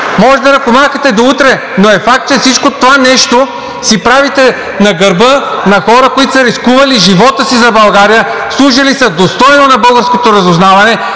Може да ръкомахате до утре, но е факт, че всичкото това нещо си правите на гърба на хора, които са рискували живота си за България, служили са достойно на българското разузнаване,